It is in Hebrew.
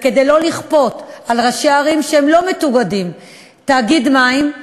וכדי לא לכפות על ראשי ערים שהן לא מתואגדות תאגיד מים,